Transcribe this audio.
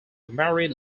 married